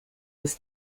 was